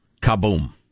Kaboom